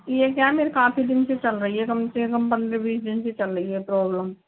ये क्या है मेरे काफ़ी दिन से चल रही है कम से कम पंद्रह बीस दिन से चल रही है प्रॉब्लम